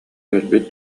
өлбүт